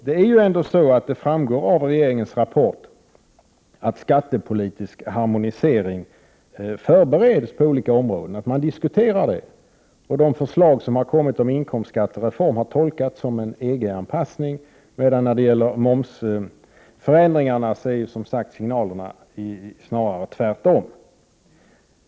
Det framgår ändå av regeringens rapport att skattepolitisk harmonisering på olika områden förbereds. Det förslag som har kommit om en inkomstskattereform har tolkats som en EG-anpassning, medan signalerna när det gäller momsen snarare är de motsatta.